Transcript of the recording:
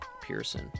Pearson